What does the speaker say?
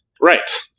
Right